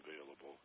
available